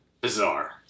bizarre